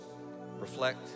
reflect